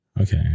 Okay